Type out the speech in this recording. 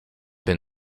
been